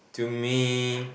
to me